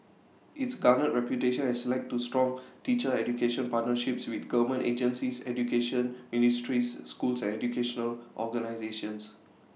its garnered reputation has led to strong teacher education partnerships with government agencies education ministries schools and educational organisations